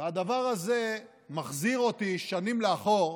והדבר הזה מחזיר אותי שנים לאחור,